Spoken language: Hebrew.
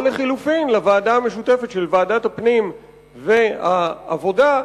או לחלופין לוועדה המשותפת של ועדת הפנים וועדת העבודה,